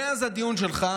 מאז הדיון שלך,